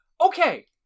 Okay